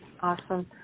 Awesome